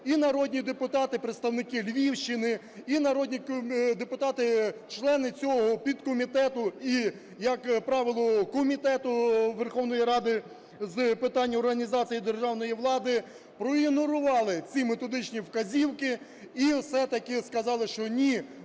і народні депутати, представники Львівщини, і народні депутати, члени цього підкомітету, і, як правило, Комітету Верховної Ради з питань організації державної влади проігнорували ці методичні вказівки і все-таки сказали, що, ні,